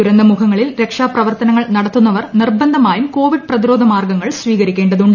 ദുരന്തമുഖങ്ങളിൽ രക്ഷാപ്രവർത്തനങ്ങൾ നടത്തുന്നവർ നിർ ബന്ധമായും കോവിഡ് പ്രതിരോധ മാർഗങ്ങൾ സ്വീകരിക്കേണ്ടതുണ്ട്